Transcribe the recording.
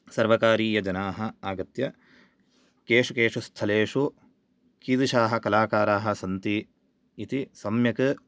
सर्वकारीयजनाः आगत्य केषु केषु स्थलेषु कीदृशाः कलाकाराः सन्ति इति सम्यक्